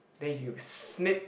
then you snip